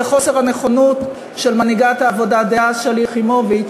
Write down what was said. וחוסר הנכונות של מנהיגת העבודה דאז שלי יחימוביץ